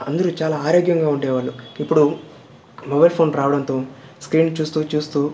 అందరూ చాలా ఆరోగ్యంగా ఉండేవాళ్ళు ఇప్పుడు మొబైల్ ఫోన్ రావడంతో స్క్రీన్ చూస్తూ చూస్తూ